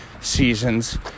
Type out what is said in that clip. seasons